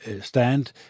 stand